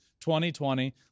2020